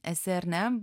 esi ar ne